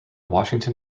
washington